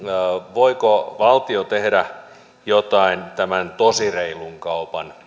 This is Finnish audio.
voiko valtio tehdä jotain tämän tosi reilun kaupan